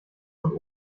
und